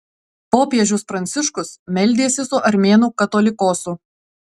popiežius pranciškus meldėsi su armėnų katolikosu